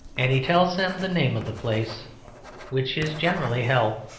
and he tells them the name of the place which is generally hell.